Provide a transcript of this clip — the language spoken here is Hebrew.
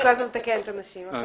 תודה.